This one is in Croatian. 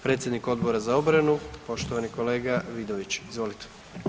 Predsjednik Odbora za obranu, poštovani kolega Vidović, izvolite.